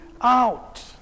out